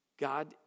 God